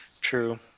True